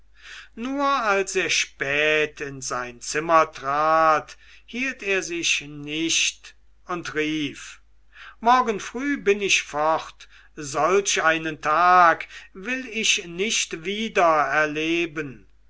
nur als er spät in sein zimmer trat hielt er sich nicht und rief morgen früh bin ich fort solch einen tag will ich nicht wieder erleben